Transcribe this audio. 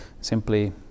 simply